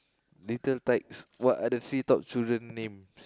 little tykes what are the three top children named